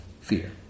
fear